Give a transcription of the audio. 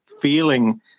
feeling